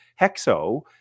Hexo